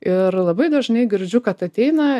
ir labai dažnai girdžiu kad ateina